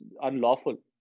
unlawful